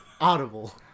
Audible